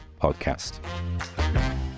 podcast